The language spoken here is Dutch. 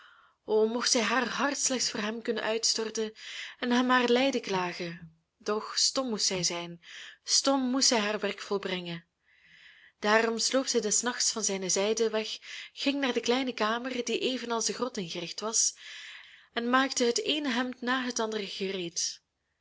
o mocht zij haar hart slechts voor hem kunnen uitstorten en hem haar lijden klagen doch stom moest zij zijn stom moest zij haar werk volbrengen daarom sloop zij des nachts van zijn zijde weg ging naar de kleine kamer die evenals de grot ingericht was en maakte het eene hemd na het andere gereed